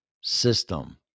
system